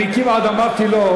אני כמעט אמרתי לו,